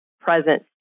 present